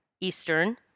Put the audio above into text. Eastern